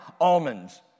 almonds